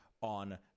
on